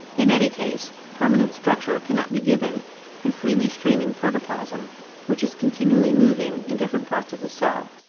in any case, permanent structure cannot be given in freely streaming protoplasm which is continually moving in different parts of the cell.